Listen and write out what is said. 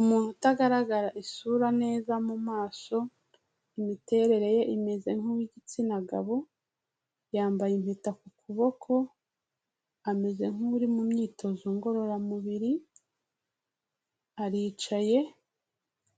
Umuntu utagaragara isura neza mu mumaso, imiterere ye imeze nk'iyi igitsina gabo, yambaye impeta ku kuboko ameze nkuri mu myitozo ngororamubiri aricaye